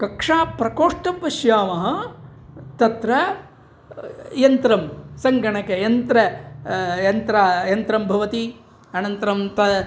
कक्षाप्रकोष्टं पश्यामः तत्र यन्त्रं सङ्गणकयन्त्रं यन्त्रं यन्त्रं भवति आनन्तरं त